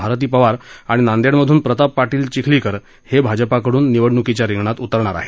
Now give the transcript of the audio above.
भारती पवार आणि नांदेडमधून प्रताप पार्शिल चिखलीकर हे भाजपाकडून निवडणुकीच्या रिंगणात उतरणार आहेत